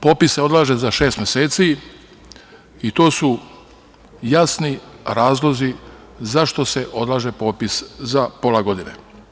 Popis se odlaže za šest meseci i to su jasni razlozi zašto se odlaže popis za pola godine.